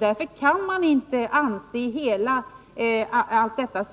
Därför kan man inte anse allt detta